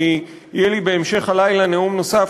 כי יהיה לי בהמשך הלילה נאום נוסף,